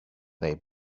they